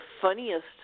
funniest